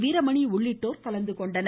வீரமணி உள்ளிட்டோர் கலந்து கொண்டனர்